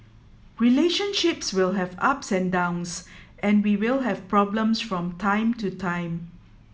relationships will have ups and downs and we will have problems from time to time